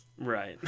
Right